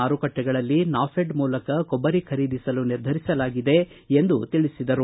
ಮಾರುಟ್ಟೆಗಳಲ್ಲಿ ನಾಫೆಡ್ ಮೂಲಕ ಕೊಬ್ಬರಿ ಖರೀದಿಸಲು ನಿರ್ಧರಿಸಲಾಗಿದೆ ಎಂದು ತಿಳಿಸಿದರು